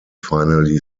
finally